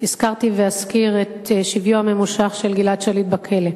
הזכרתי ואזכיר את שביו הממושך של גלעד שליט בכלא,